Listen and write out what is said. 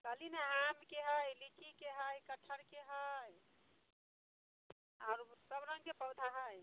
कहली ने आमके हइ लीचीके हइ कटहरके हइ आओर सभरङ्गके पौधा हइ